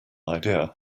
idea